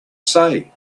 say